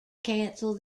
cancel